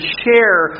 share